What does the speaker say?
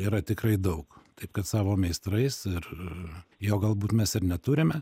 yra tikrai daug taip kad savo meistrais ir jo galbūt mes ir neturime